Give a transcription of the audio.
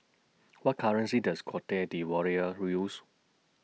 What currency Does Cote D'Ivoire use